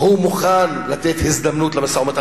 הוא מוכן לתת הזדמנות למשא-ומתן,